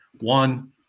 one